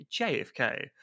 jfk